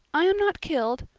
i am not killed,